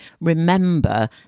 remember